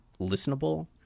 listenable